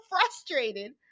frustrated